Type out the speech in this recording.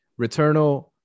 Returnal